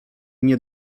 nie